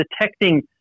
detecting